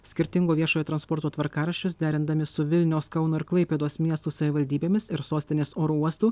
skirtingo viešojo transporto tvarkaraščius derindami su vilniaus kauno ir klaipėdos miestų savivaldybėmis ir sostinės oro uostų